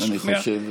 אני חושב,